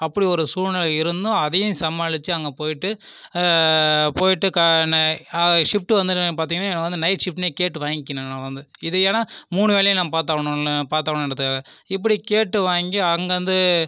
அப்படி ஒரு சூழ்நிலை இருந்தும் அதையும் சமாளித்து அங்கே போய்ட்டு போய்ட்டு ஷிப்ட் வந்து பார்த்தீங்கனா எனக்கு வந்து நைட் ஷிப்ட் கேட்டு வாங்கிக்கினேன் நான் வந்து இது ஏன்னா மூணு வேலையும் நான் பாத்தாகணும் நான் பாத்தாகணுன்றதுக்காக இப்படி கேட்டு வாங்கி அங்கேருந்து